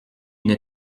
une